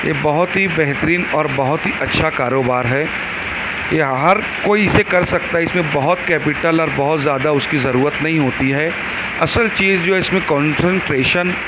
یہ بہت ہی بہترین اور بہت ہی اچھا کاروبار ہے یہ ہر کوئی اسے کر سکتا ہے اس میں کیپٹل اور بہت زیادہ اس کی ضرورت نہیں ہوتی ہے اصل چیز جو اس میں کونٹرنٹریشن